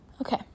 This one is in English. okay